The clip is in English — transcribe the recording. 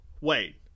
wait